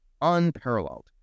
unparalleled